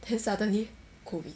then suddenly COVID